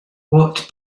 what